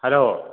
hello